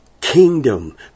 kingdom